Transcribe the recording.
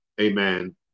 Amen